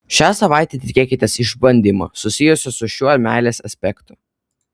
šią savaitę tikėkitės išbandymo susijusio su šiuo meilės aspektu